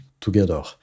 together